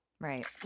Right